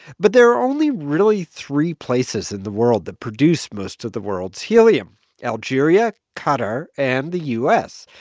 but there are only really three places in the world that produce most of the world's helium algeria, qatar and the u s.